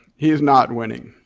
he is not winning.